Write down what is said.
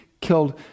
killed